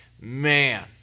man